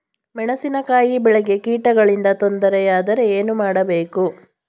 ಮೆಣಸಿನಕಾಯಿ ಬೆಳೆಗೆ ಕೀಟಗಳಿಂದ ತೊಂದರೆ ಯಾದರೆ ಏನು ಮಾಡಬೇಕು?